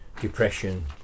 Depression